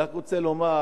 אני רק רוצה לומר,